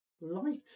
light